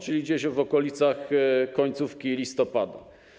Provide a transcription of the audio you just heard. Czyli gdzieś w okolicach końcówki listopada.